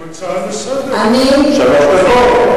מגישים הצעה לסדר-היום.